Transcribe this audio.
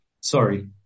sorry